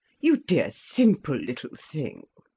you dear simple little thing!